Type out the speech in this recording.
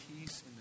Peace